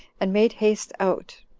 and made haste out,